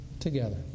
together